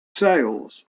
sales